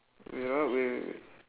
wait ah wait wait wait